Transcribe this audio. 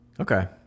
Okay